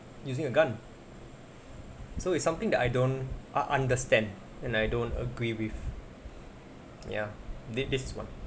using a gun so it's something that I don't un~ understand and I don't agree with ya thi~ this [one]